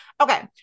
okay